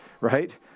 right